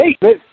Hey